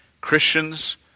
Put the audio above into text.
Christians